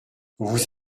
vous